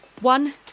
One